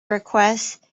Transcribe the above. request